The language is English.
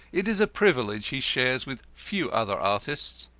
it is a privilege he shares with few other artists.